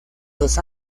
los